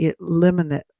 eliminate